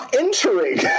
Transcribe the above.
entering